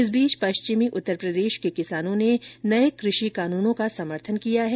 इस बीच पश्चिमी उत्तर प्रदेश के किसानों ने नए कृषि कानूनों का समर्थन किया है